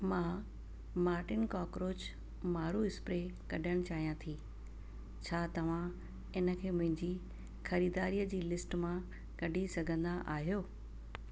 मां Mortein cockroach मार spray कढण चाहियां थी छा तव्हां इन खे मुंहिंजी ख़रीदारी जी लिस्ट मां कढी सघंदा आहियो